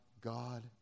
God